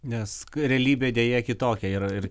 nes realybė deja kitokia yra ir